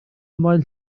ymlaen